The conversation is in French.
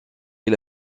est